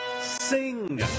Sing